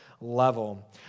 level